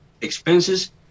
expenses